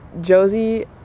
Josie